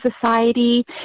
society